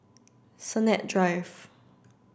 Sennett Drive